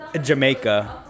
Jamaica